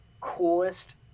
coolest